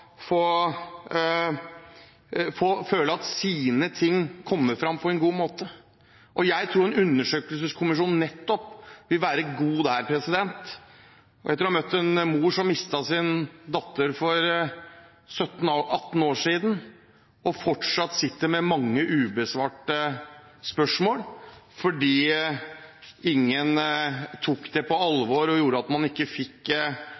få svar på mange av de spørsmålene man har, og at deres synspunkt ikke kommer fram på en god måte. Jeg tror en undersøkelseskommisjon nettopp vil være god der. Jeg har møtt en mor som mistet sin datter for 18 år siden, og som fortsatt sitter med mange ubesvarte spørsmål fordi ingen tok det på alvor, og at man ikke fikk